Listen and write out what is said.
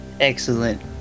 Excellent